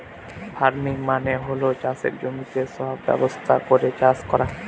farming মানে হল চাষের জমিতে সব ব্যবস্থা করে চাষ করা